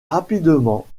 rapidement